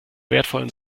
wertvollen